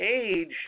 age